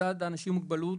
מצד אנשים עם מוגבלות,